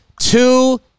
two